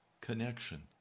connection